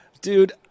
Dude